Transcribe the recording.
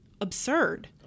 absurd